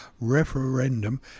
referendum